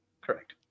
Correct